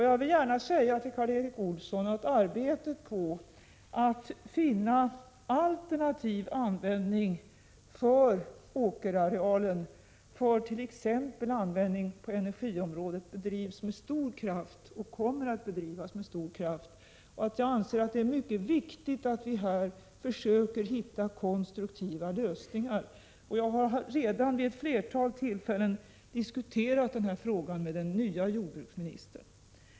Jag vill gärna säga till Karl Erik Olsson att arbetet med att finna en alternativ användning för åkerarealen för t.ex. användning på energiområdet bedrivs med stor kraft och kommer att bedrivas med stor kraft. Jag anser att det är mycket viktigt att vi försöker hitta konstruktiva lösningar. Jag har redan vid ett flertal tillfällen diskuterat den här frågan med den nye jordbruksministern.